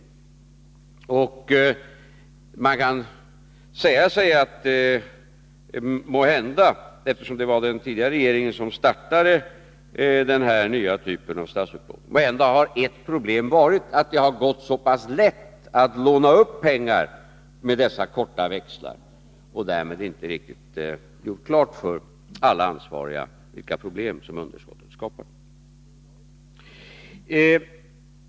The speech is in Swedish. Man kan säga att ett problem måhända varit — det var den tidigare regeringen som startade den här typen av statsupplåning — att det har gått så lätt att låna upp pengar med dessa korta växlar. Därmed har man inte gjort klart för alla ansvariga vilka problem underskottet skapar.